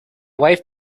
wife